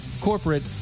corporate